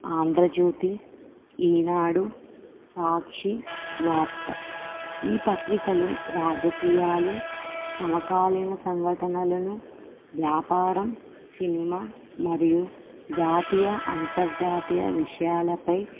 ఆంధ్రజ్యోతి ఈనాడు సాక్షి వార్త ఈ పత్రికలు రాజకీయాలు సమకాలన సంఘటనలను వ్యాపారం సినిమా మరియు జాతీయ అంతర్జాతీయ విషయాలపై